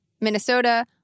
Minnesota